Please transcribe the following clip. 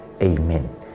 Amen